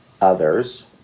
others